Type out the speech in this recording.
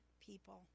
people